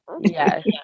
Yes